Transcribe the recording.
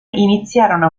iniziarono